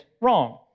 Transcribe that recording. wrong